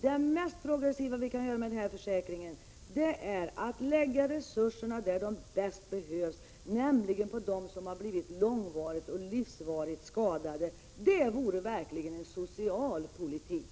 Det mest progressiva vi kan göra i fråga om denna försäkring är att lägga resurserna där de bäst behövs, nämligen på dem som har fått långvariga och livsvariga skador. Det vore verkligen en social politik.